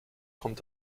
kommt